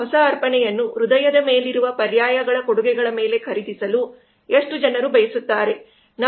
ನಮ್ಮ ಹೊಸ ಅರ್ಪಣೆಯನ್ನು ಹೃದಯದ ಮೇಲಿರುವ ಪರ್ಯಾಯ ಕೊಡುಗೆಗಳ ಮೇಲೆ ಖರೀದಿಸಲು ಎಷ್ಟು ಜನರು ಬಯಸುತ್ತಾರೆ